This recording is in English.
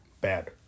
Bad